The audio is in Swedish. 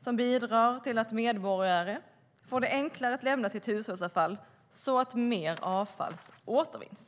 som bidrar till att medborgarna får det enklare att lämna sitt hushållsavfall så att mer avfall återvinns.